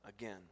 again